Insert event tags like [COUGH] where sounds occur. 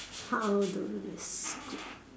how do this [NOISE]